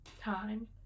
time